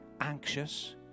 anxious